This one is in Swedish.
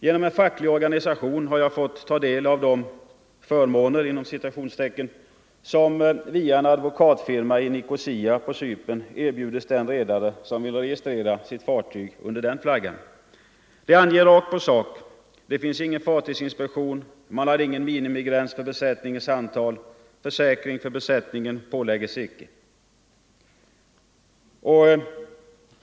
Genom en facklig organisation har jag fått ta del av de ”förmåner” som via en advokatfirma i Nicosia på Cypern erbjuds den redare som vill registrera sitt fartyg under den flaggan. Det anges rakt på sak: Det finns ingen fartygsinspektion, man har ingen minimigräns för besättningens antal, försäkring för besättning pålägges icke.